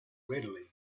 readily